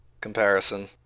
Comparison